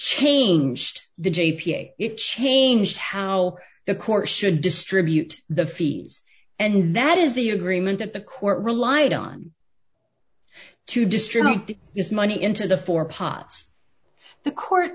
changed the j p it changed how the course should distribute the fees and that is the agreement that the court relied on to distribute this money into the four pots the court